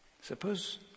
Suppose